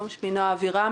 אבירם,